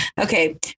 okay